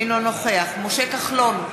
אינו נוכח משה כחלון,